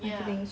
ya